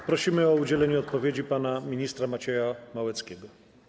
Poprosimy o udzielenie odpowiedzi pana ministra Macieja Małeckiego.